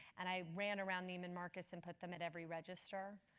and i ran around neiman marcus and put them at every register.